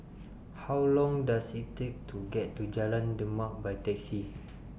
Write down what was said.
How Long Does IT Take to get to Jalan Demak By Taxi